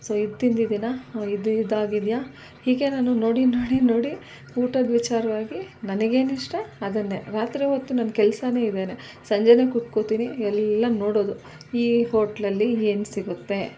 so ಇದು ತಿಂದಿದ್ದೀನಾ ಇದು ಇದಾಗಿದೆಯಾ ಹೀಗೆ ನಾನು ನೋಡಿ ನೋಡಿ ನೋಡಿ ಊಟದ ವಿಚಾರವಾಗಿ ನನಗೇನಿಷ್ಟ ಅದನ್ನೇ ರಾತ್ರಿ ಹೊತ್ತು ನನ್ನ ಕೆಲಸನೇ ಇದೇನೆ ಸಂಜೆಯೇ ಕೂತ್ಕೊಳ್ತೀನಿ ಎಲ್ಲ ನೋಡೋದು ಈ ಹೋಟ್ಲಲ್ಲಿ ಏನು ಸಿಗುತ್ತೆ